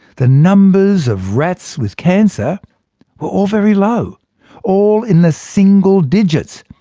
the numbers of rats with cancer were all very low all in the single digits.